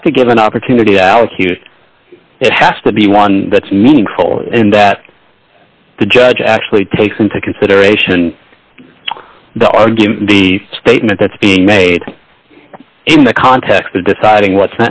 have to give an opportunity to allocute it has to be one that's meaningful in that the judge actually takes into consideration the argument the statement that's being made in the context of deciding what